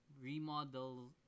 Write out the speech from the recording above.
remodel